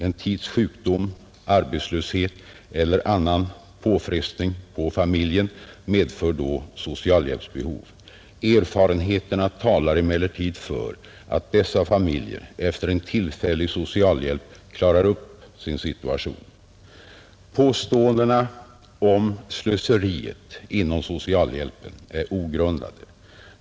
En tids sjukdom, arbetslöshet eller annan påfrestning på familjen medför då socialhjälpsbehov, Erfarenheterna talar emellertid för att dessa familjer efter en tillfällig socialhjälp klarar upp sin situation. Påståendena om ”slöseriet” inom socialhjälpen är ogrundade.